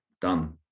done